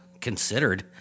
Considered